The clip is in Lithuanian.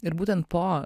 ir būtent po